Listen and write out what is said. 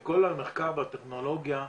בכל המחקר והטכנולוגיה,